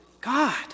God